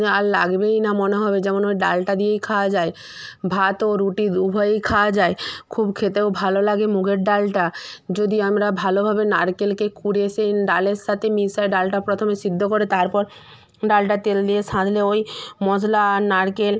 আর লাগবেই না মনে হবে যেমন ওই ডালটা দিয়েই খাওয়া যায় ভাত ও রুটি উভয়েই খাওয়া যায় খুব খেতেও ভালো লাগে মুগের ডালটা যদি আমরা ভালোভাবে নারকেলকে কুরে সেই ডালের সাতে মিশা ডালটা প্রথমে সিদ্ধ করে তারপর ডালটা তেল দিয়ে সানলে ওই মশলা আর নারকেল